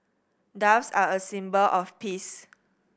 doves are a symbol of peace